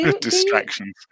distractions